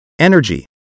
energy